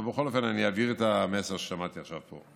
בכל אופן, אני אעביר את המסר ששמעתי פה עכשיו.